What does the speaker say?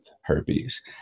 herpes